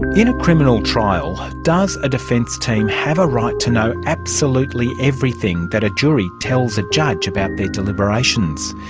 in a criminal trial, does a defence team have a right to know absolutely everything that a jury tells a judge about their deliberations?